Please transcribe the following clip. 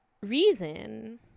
reason